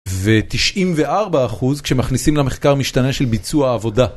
ו-94% כשמכניסים למחקר משתנה של ביצוע עבודה.